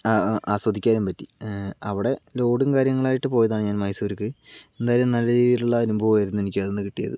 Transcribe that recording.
അ ആ ആസ്വദിക്കാനും പറ്റി അവിടെ ലോഡും കാര്യങ്ങളുമായിട്ട് പോയതാണ് മൈസൂര്ക്ക് എന്തായാലും നല്ല രീതിയിലുള്ള അനുഭവം ആയിരുന്നു അതന്ന് കിട്ടിയത്